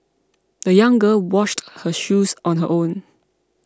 the young girl washed her shoes on her own